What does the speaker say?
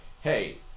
hey